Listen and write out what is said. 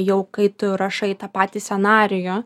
jau kai tu rašai tą patį scenarijų